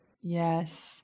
Yes